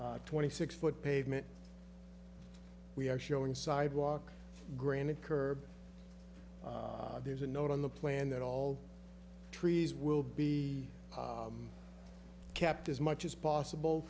and twenty six foot pavement we are showing sidewalk granite curb there's a note on the plan that all trees will be kept as much as possible